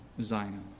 Zion